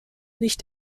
nicht